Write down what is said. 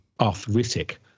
arthritic